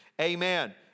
amen